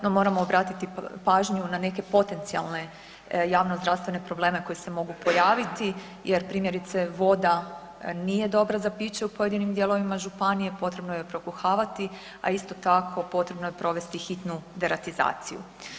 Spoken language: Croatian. No moramo obratiti pažnju na neke potencijalne javnozdravstvene probleme koji se mogu pojaviti jer primjerice voda nije dobra za piće u pojedinim dijelovima županije, potrebno ju je prokuhavati, a isto tako potrebno je provesti hitnu deratizaciju.